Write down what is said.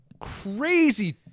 crazy